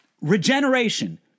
Regeneration